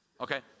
okay